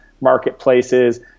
marketplaces